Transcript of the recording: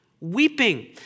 weeping